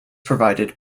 provided